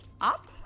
Up